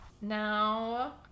Now